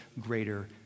greater